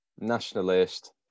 nationalist